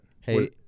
Hey